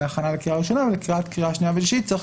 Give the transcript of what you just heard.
להכנה לקריאה ראשונה אבל בקריאה שנייה ושלישית צריך